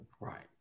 right